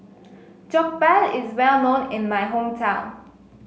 Jokbal is well known in my hometown